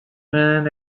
van